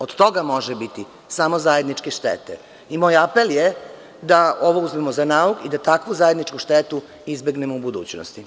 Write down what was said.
Od toga može biti samo zajedničke štete i moj apel je da ovo uzmemo za nauk i da takvu zajedničku štetu izbegnemo u budućnosti.